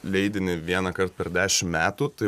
leidinį vienąkart per dešim metų tai